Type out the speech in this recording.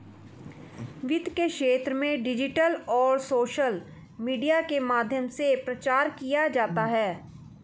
वित्त के क्षेत्र में डिजिटल और सोशल मीडिया के माध्यम से प्रचार किया जाता है